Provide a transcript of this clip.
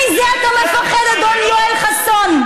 מזה אתה מפחד, אדון יואל חסון?